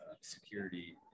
security